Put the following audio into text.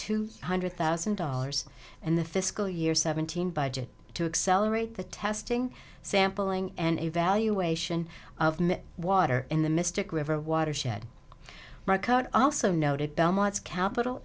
two hundred thousand dollars in the fiscal year seventeen budget to accelerate the testing sample ng and evaluation of water in the mystic river watershed recut also noted belmont's capital